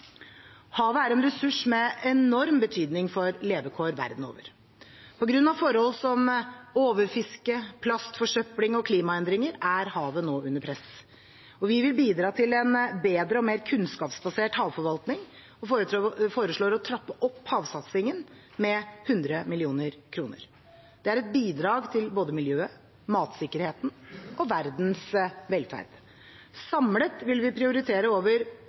Havet er en ressurs med enorm betydning for levekår verden over. På grunn av forhold som overfiske, plastforsøpling og klimaendringer er havet nå under press. Vi vil bidra til en bedre og mer kunnskapsbasert havforvaltning og foreslår å trappe opp havsatsingen med 100 mill. kr. Det er et bidrag til både miljøet, matsikkerheten og verdens velferd. Samlet vil vi prioritere over